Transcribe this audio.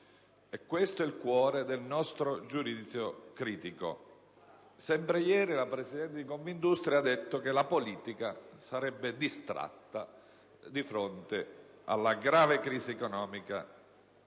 questo è il cuore del nostro giudizio critico. Sempre ieri, la presidente di Confindustria ha detto che la politica sarebbe distratta di fronte alla grave crisi economica